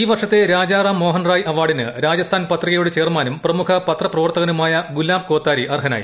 ഈ വർഷത്തെ രാജാറാം മോഹൻ റായ് അവാർഡിന് രാജസ്ഥാൻ പത്രികയുടെ ചെയർമാനും പ്രമുഖ പത്രപ്രവർത്തകനുമായ ഗുലാബ് കോത്താരി അർഹനായി